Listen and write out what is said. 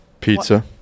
Pizza